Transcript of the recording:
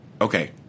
Okay